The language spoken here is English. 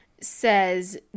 says